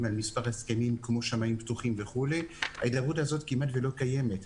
על מספר הסכמים כמו שמיים פתוחים וכו' ההידברות הזו כמעט לא קיימת.